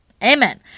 Amen